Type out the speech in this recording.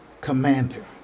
commander